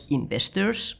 investors